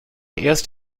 erst